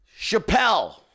Chappelle